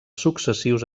successius